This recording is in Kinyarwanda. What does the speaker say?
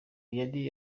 yari